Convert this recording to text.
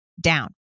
down